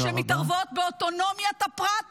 -- שמתערבות באוטונומיית הפרט בד'